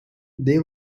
they